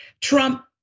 Trump